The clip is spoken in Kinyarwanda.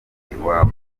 iwabo